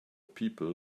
people